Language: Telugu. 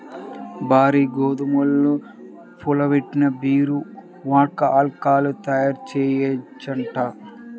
బార్లీ, గోధుమల్ని పులియబెట్టి బీరు, వోడ్కా, ఆల్కహాలు తయ్యారుజెయ్యొచ్చంట